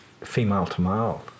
female-to-male